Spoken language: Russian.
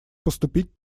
поступить